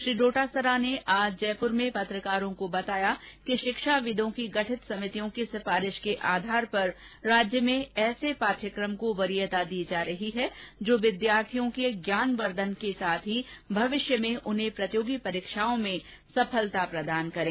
श्री डोटासरा ने आज जयपुर में पत्रकारों को बताया कि शिक्षाविदों की गठित समितियों की सिफारिश के आधार पर राज्य में ऐसे पाठ्यक्रम को वरीयता दी जा रही है जो विद्यार्थियों के ज्ञानवर्द्धन के साथ ही भविष्य में उन्हें प्रतियोगी परीक्षाओं में सफलता प्रदान करे